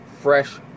fresh